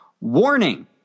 Warning